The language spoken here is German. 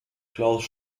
klaus